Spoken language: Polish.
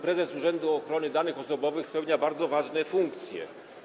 Prezes Urzędu Ochrony Danych Osobowych spełnia bardzo ważne funkcje.